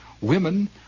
Women